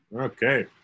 Okay